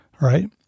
right